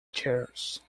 chairs